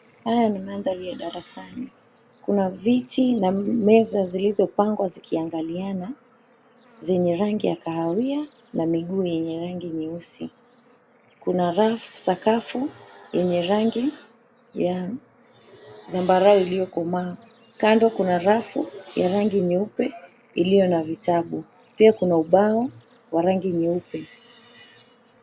Haya ni mandhari ya darasani. Kuna viti na meza zilizopangwa zikiangaliana zenye rangi ya kahawia na miguu yenye rangi nyeusi. Kuna rafu sakafu yenye rangi ya zambarau iliokomaa. Kando kuna rafu ya rangi nyeupe ilio na vitabu. Pia kuna ubao wa rangi nyeupe.